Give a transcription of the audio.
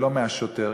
ולא מהשוטר.